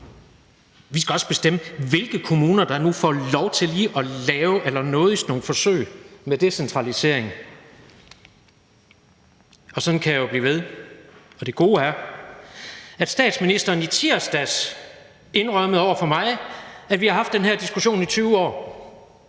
Vi skal også bestemme, hvilke kommuner der nu allernådigst får lov til lige at lave nogle forsøg med decentralisering. Og sådan kunne jeg jo blive ved. Det gode er, at statsministeren i tirsdags indrømmede over for mig, at vi har haft den her diskussion i 20 år.